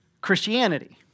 Christianity